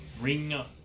ring